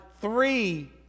three